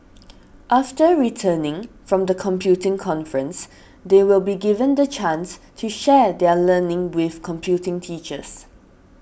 after returning from the computing conference they will be given the chance to share their learning with computing teachers